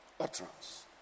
Utterance